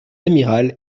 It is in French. amiral